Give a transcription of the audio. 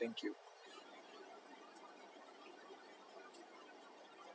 thank you